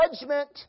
judgment